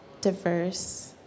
diverse